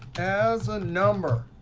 as a number.